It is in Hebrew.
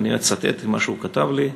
ואני אצטט ממה שהוא כתב לי: